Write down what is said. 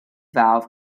valve